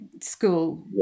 school